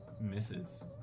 misses